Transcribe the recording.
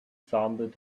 sampled